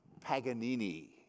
Paganini